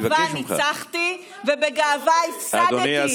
אני בגאווה ניצחתי ובגאווה הפסדתי.